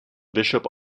bishop